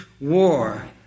war